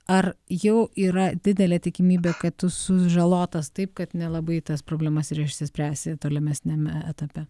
ar jau yra didelė tikimybė kad tu sužalotas taip kad nelabai tas problemas ir išsispręsi tolimesniame etape